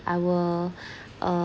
I will uh